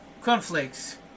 conflicts